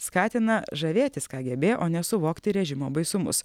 skatina žavėtis kgb o nesuvokti režimo baisumus